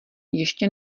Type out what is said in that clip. ještě